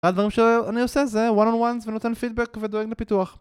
אחד הדברים שאני עושה זה one on ones ונותן פידבק ודואג לפיתוח